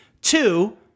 Two